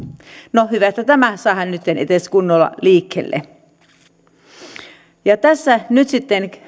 no hyvä että tämä saadaan nytten edes kunnolla liikkeelle tässä nyt sitten